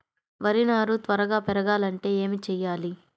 వరి నారు త్వరగా పెరగాలంటే ఏమి చెయ్యాలి?